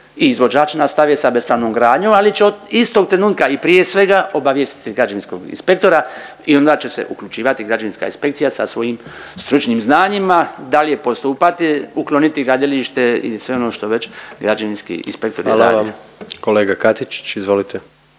izvođač nastave sa bespravnom gradnjom ali će istog trenutka i prije svega obavijestiti građevinskog inspektora i onda će se uključivati građevinska inspekcija sa svojim stručnim znanjima, dalje postupati, ukloniti gradilište i sve ono što već građevinski inspektori rade. **Jandroković, Gordan